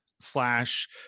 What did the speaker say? slash